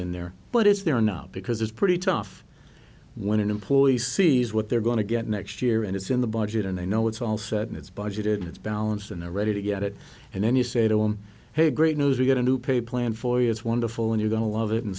been there but is there not because it's pretty tough when an employee see what they're going to get next year and it's in the budget and they know it's all said and it's budgeted it's balanced and they're ready to get it and then you say to them hey great news we got a new pay plan for you it's wonderful and you're going to love it and